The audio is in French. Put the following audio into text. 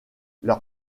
leur